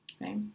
right